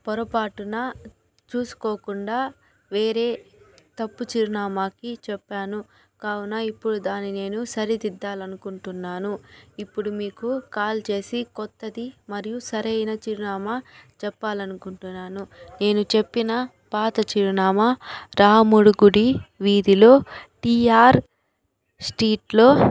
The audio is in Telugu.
పొరపాటున చూసుకోకుండా వేరే తప్పు చిరునామాకి చెప్పాను కావున ఇప్పుడు దాని నేను సరిదిద్దాలనుకుంటున్నాను ఇప్పుడు మీకు కాల్ చేసి కొత్తది మరియు సరైన చిరునామా చెప్పాలనుకుంటున్నాను నేను చెప్పిన పాత చిరునామా రాముడు గుడి వీధిలో టిఆర్ స్ట్రీట్లో